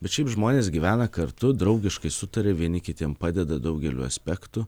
bet šiaip žmonės gyvena kartu draugiškai sutaria vieni kitiem padeda daugeliu aspektų